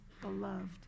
beloved